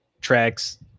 tracks